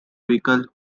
vehicle